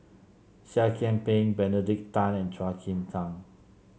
Seah Kian Peng Benedict Tan and Chua Chim Kang